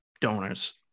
donors